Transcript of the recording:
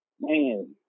man